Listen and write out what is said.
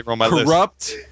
Corrupt